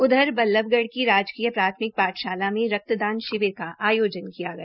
उधर बल्लभगढ की राजकीय प्राथमिक पाठशाला में रक्तदान शिविर का आयोजन किया गया